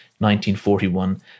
1941